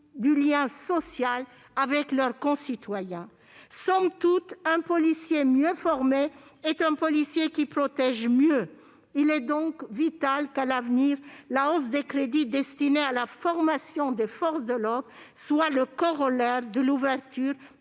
du lien social avec leurs concitoyens. Somme toute, un policier mieux formé est un policier qui protège mieux. Il est donc vital qu'à l'avenir la hausse des crédits destinés à la formation des forces de l'ordre soit le corollaire de l'ouverture